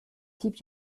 keep